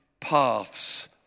paths